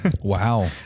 Wow